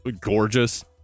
gorgeous